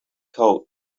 code